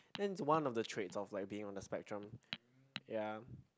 I think it's one of the traits of like being on the spectrum ya